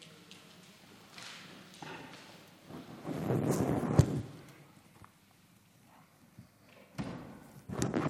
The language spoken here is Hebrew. תודה,